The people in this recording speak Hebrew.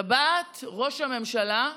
טבעת ראש הממשלה,